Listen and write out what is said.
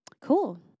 Cool